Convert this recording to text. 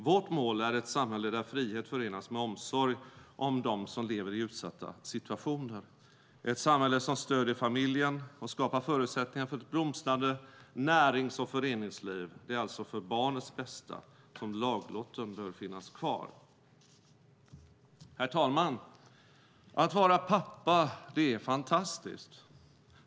Vårt mål är ett samhälle där frihet förenas med omsorg om dem som lever i utsatta situationer, ett samhälle som stöder familjen och skapar förutsättningar för ett blomstrande närings och föreningsliv. Det är alltså för barnets bästa som laglotten bör finnas kvar. Herr talman! Att vara pappa är fantastiskt.